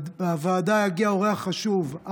לוועדה יגיע אורח חשוב,